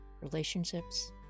relationships